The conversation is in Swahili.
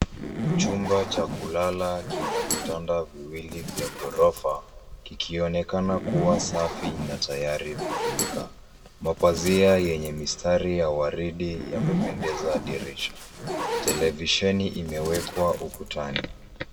Chumba cha kulala kina vitanda viwili vya ghorofa, kikionekana kuwa safi na tayari kutumika. Mapazia yenye mistari ya waridi yamependezesha dirisha. Televisheni imewekwa ukutani.